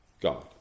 God